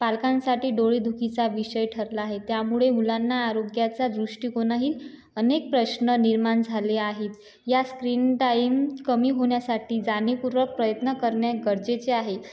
पालकांसाठी डोळेदुखीचा विषय ठरला आहे त्यामुळे मुलांना आरोग्याचा दृष्टिकोनही अनेक प्रश्न निर्मान झाले आहेत या स्क्रीनटाईम कमी होण्यासाठी जाणीवपूर्वक प्रयत्न करणे गरजेचे आहे